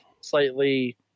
slightly